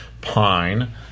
pine